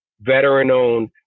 veteran-owned